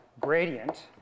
gradient